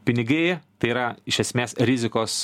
pinigai tai yra iš esmės rizikos